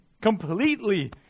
completely